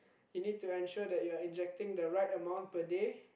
you need to ensure that you're injecting the right amount per day